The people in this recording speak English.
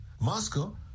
Moscow